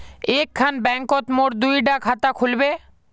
एक खान बैंकोत मोर दुई डा खाता खुल बे?